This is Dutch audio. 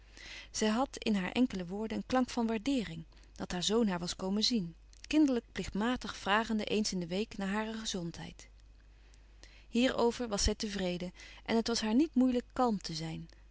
zij had in haar enkele woorden een klank van waardeering dat haar zoon haar was komen zien kinderlijk plichtmatig vragende eens in de week naar hare gezondheid hierover was zij tevreden en het was haar niet moeilijk kalm te zijn